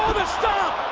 the stomp,